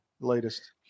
Latest